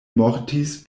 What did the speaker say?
mortis